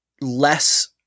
less